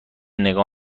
نگاه